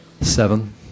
seven